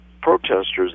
protesters